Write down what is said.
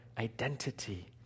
Identity